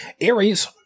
Aries